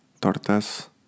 tortas